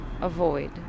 avoid